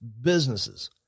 businesses